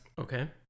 Okay